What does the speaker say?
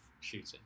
shooting